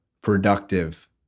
productive